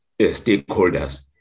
stakeholders